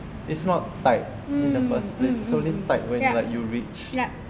it's not tight in the first place it's only tight when like you reach